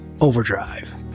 Overdrive